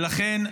ולכן,